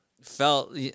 Felt